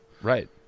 Right